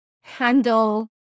handle